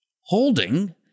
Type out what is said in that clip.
holding